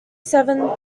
seven